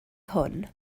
hwn